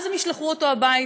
אז הם ישלחו אותו הביתה.